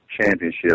championship